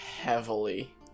heavily